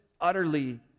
utterly